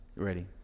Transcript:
ready